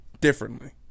differently